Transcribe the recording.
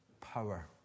power